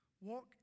Walk